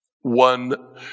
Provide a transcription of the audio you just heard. One